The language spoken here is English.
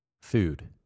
Food